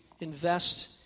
invest